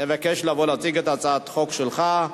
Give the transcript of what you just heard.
אני מבקשך לבוא להציג את הצעת החוק שלך,